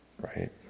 Right